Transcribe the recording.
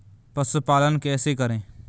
पशुपालन कैसे करें?